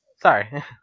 sorry